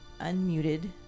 unmuted